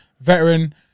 veteran